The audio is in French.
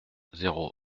zéro